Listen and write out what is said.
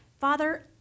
Father